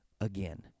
again